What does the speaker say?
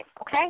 okay